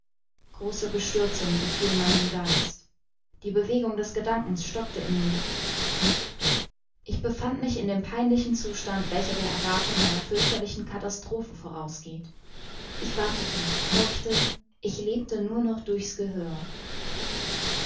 große bestürzung befiel meinen geist die bewegung des gedankens stockte in mir ich befand mich in dem peinlichen zustand welcher der erwartung einer fürchterlichen katastrophe vorausgeht ich wartete horchte ich lebte nur noch durch's gehör